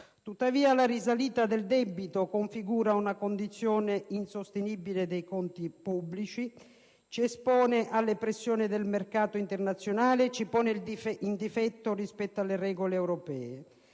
Tuttavia, la risalita del debito configura una condizione insostenibile dei conti pubblici, ci espone alle pressioni del mercato internazionale e ci pone in difetto rispetto alle regole europee.